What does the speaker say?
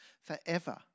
forever